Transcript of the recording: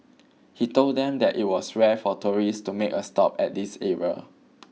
he told them that it was rare for tourists to make a stop at this area